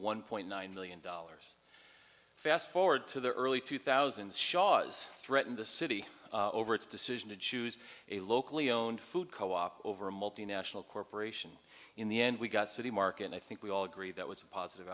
one point nine million dollars fast forward to the early two thousand the shaws threaten the city over its decision to choose a locally owned food co op over a multinational corporation in the end we got city mark and i think we all agree that was a positive